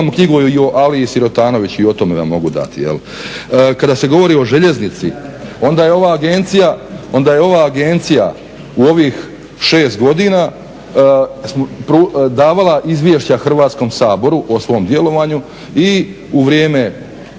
Imam knjigu i o Aliji sirotanović i o tome vam mogu dati. Kada se govori o željeznici onda je ova agencija u ovih šest godina davala izvješća Hrvatskom saboru o svom djelovanju i u vrijeme,